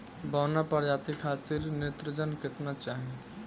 बौना प्रजाति खातिर नेत्रजन केतना चाही?